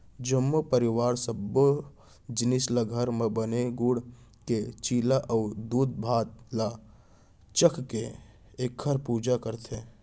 जम्मो परवार सब्बो जिनिस ल घर म बने गूड़ के चीला अउ दूधभात ल चघाके एखर पूजा करथे